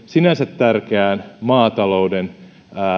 sinänsä tärkeään maatalouden